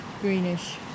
greenish